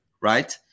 right